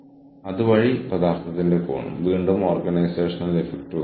മറ്റൊരാൾക്കുള്ളതെന്തും നമ്മൾ നിരന്തരം കെട്ടിപ്പടുക്കുകയാണ്